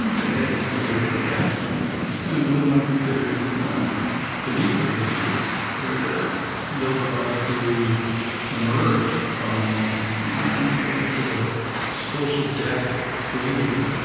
um to head towards the depths when one considers um the deeper histories, where those of us who emerge from you know the sort of social death of slavery,